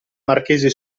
marchese